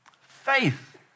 Faith